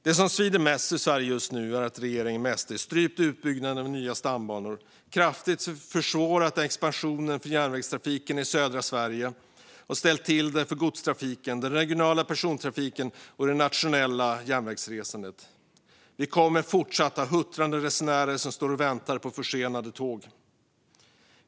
Det som svider mest för Sverige just nu är att regeringen tillsammans med SD strypt utbygganden av nya stambanor, kraftigt försvårat expansionen av järnvägstrafiken i södra Sverige och ställt till det för godstrafiken, den regionala persontrafiken och det nationella järnvägsresandet. Vi kommer att fortsätta ha huttrande resenärer som står och väntar på försenade tåg.